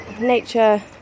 nature